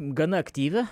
gana aktyvi